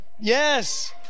yes